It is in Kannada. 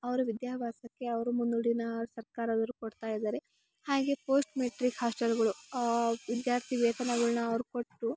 ಅವರು ವಿದ್ಯಾಭ್ಯಾಸಕ್ಕೆ ಅವರು ಮುನ್ನುಡಿ ಸರ್ಕಾರದವರು ಕೊಡ್ತಾ ಇದ್ದಾರೆ ಹಾಗೆ ಪೋಸ್ಟ್ ಮ್ಯಾಟ್ರಿಕ್ ಹಾಸ್ಟೆಲ್ಗಳು ವಿದ್ಯಾರ್ಥಿ ವೇತನಗಳ್ನ ಅವ್ರು ಕೊಟ್ಟು